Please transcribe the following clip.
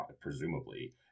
presumably